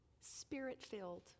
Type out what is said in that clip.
spirit-filled